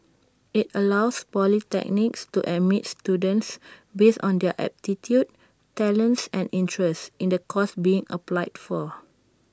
IT allows polytechnics to admit students based on their aptitude talents and interests in the course being applied for